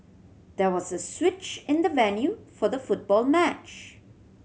there was a switch in the venue for the football match